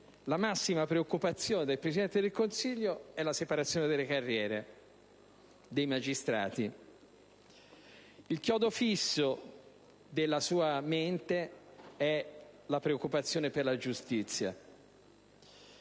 la massima preoccupazione del Presidente del Consiglio è la separazione delle carriere dei magistrati. Il chiodo fisso nella sua mente è la preoccupazione per la giustizia,